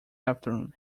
afternoon